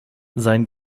sein